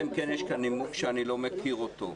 אם כן יש כאן נימוק שאני לא מכיר אותו.